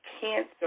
cancer